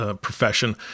profession